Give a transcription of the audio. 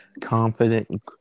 confident